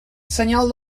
senyal